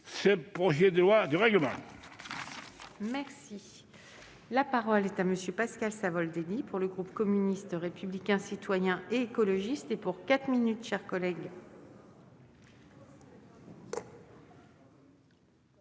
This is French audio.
contre le projet de loi de règlement.